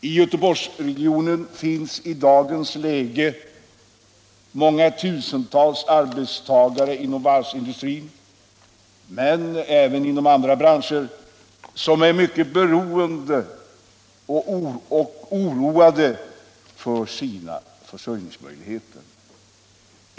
I Göteborgsregionen finns i dagens läge många tusentals arbetstagare inom varvsindustrin — men även inom andra branscher — som är mycket beroende av sina arbeten och oroade för sina försörjningsmöjligheter.